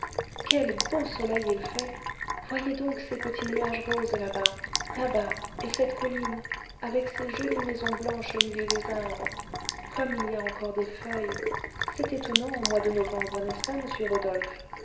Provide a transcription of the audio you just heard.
quel beau soleil il fait voyez donc ces petits nuages roses là-bas là-bas et cette colline avec ces jolies maisons blanches au milieu des arbres comme il y a encore des feuilles c'est étonnant au mois de novembre n'est-ce pas monsieur rodolphe